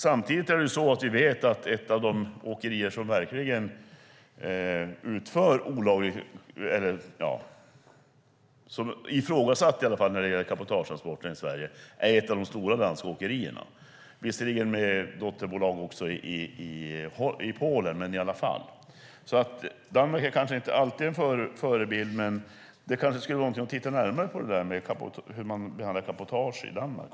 Samtidigt vet vi ju att ett av de åkerier som är mest ifrågasatt när det gäller cabotagetransporter i Sverige är ett av de stora danska åkerierna. Det har visserligen ett dotterbolag i Polen också, men i alla fall. Danmark är kanske inte alltid en förebild, men man kanske skulle titta närmare på hur man behandlar cabotage i Danmark.